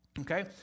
Okay